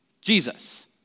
Jesus